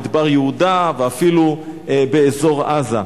מדבר יהודה ואפילו באזור עזה.